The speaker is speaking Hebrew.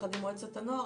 יחד עם מועצת הנוער,